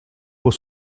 pour